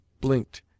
blinked